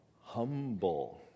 humble